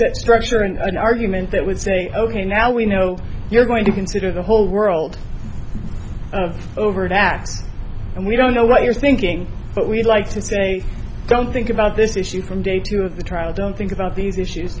that structure an argument that would say ok now we know you're going to consider the whole world of overt act and we don't know what you're thinking but we'd like to go think about this issue from day two of the trial don't think about these issues